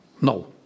no